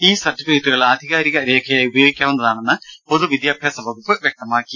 ഈ സർട്ടിഫിക്കറ്റുകൾ ആധികാരിക രേഖയായി ഉപയോഗിക്കാവുന്നതാണെന്ന് പൊതുവിദ്യാഭ്യാസ വകുപ്പ് വ്യക്തമാക്കി